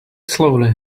slowly